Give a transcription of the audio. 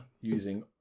using